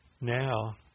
Now